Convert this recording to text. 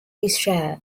israel